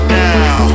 now